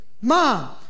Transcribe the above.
mom